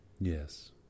Yes